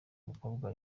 mukobwa